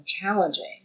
challenging